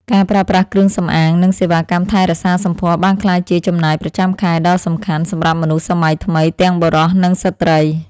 ការប្រើប្រាស់គ្រឿងសម្អាងនិងសេវាកម្មថែរក្សាសម្ផស្សបានក្លាយជាចំណាយប្រចាំខែដ៏សំខាន់សម្រាប់មនុស្សសម័យថ្មីទាំងបុរសនិងស្ត្រី។